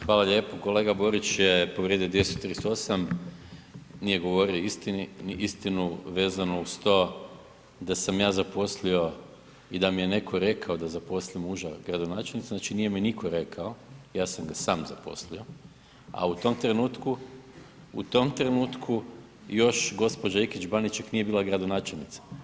Hvala lijepo Kolega Borić je povrijedio 238., nije govorio istinu vezno uz to da sam ja zaposlio i da mi je netko rekao da zaposlim muža od gradonačelnice, znači nije mi nitko rekao, ja sam ga sam zaposlio, a u tom trenutku, u tom trenutku još gospođa Ikić Banić čak nije bila gradonačelnica.